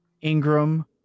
Ingram